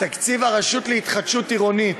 תקציב הרשות להתחדשות עירונית,